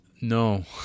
No